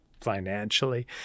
financially